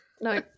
No